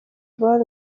brown